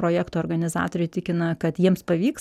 projekto organizatoriai tikina kad jiems pavyks